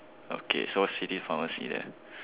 okay so city pharmacy then